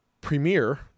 premiere